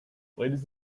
ladies